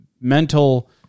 mental